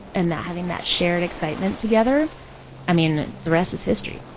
and that having that shared excitement together i mean, the rest is history